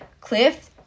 cliff